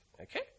Okay